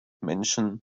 menschen